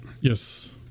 Yes